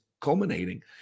Culminating